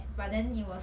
left a few shops